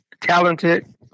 talented